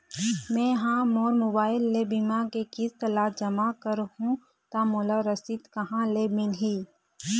मैं हा मोर मोबाइल ले बीमा के किस्त ला जमा कर हु ता मोला रसीद कहां ले मिल ही?